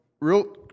Real